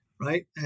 Right